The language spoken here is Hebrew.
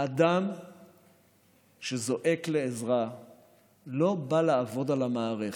האדם שזועק לעזרה לא בא לעבוד על המערכת,